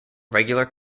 regular